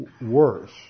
worse